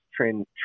train